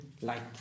light